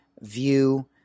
view